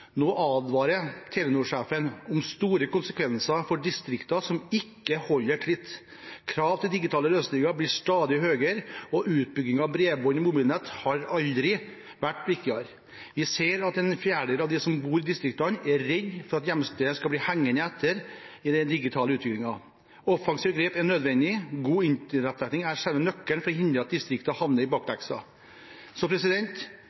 Nå advarer Telenor-sjefen om store konsekvenser for distrikter som ikke holder tritt. «Undersøkelsen viser at krav til digitale løsninger stadig blir høyere, og at utbygging av bredbånd og mobilnett aldri har vært viktigere. Vi ser at en fjerdedel av de som bor i distriktene, er redde for at hjemstedet skal bli hengende etter i den digitale utviklingen. Offensive grep er nødvendig. God internettdekning er selve nøkkelen for å hindre at distriktene havner i